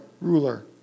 ruler